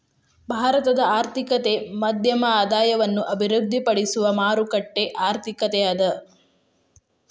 ಭಾರತದ ಆರ್ಥಿಕತೆ ಮಧ್ಯಮ ಆದಾಯವನ್ನ ಅಭಿವೃದ್ಧಿಪಡಿಸುವ ಮಾರುಕಟ್ಟೆ ಆರ್ಥಿಕತೆ ಅದ